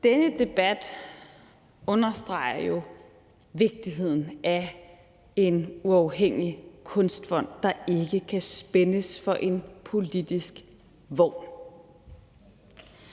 Denne debat understreger jo vigtigheden af en uafhængig kunstfond, der ikke kan spændes for en politisk vogn.